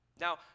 Now